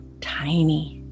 tiny